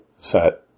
set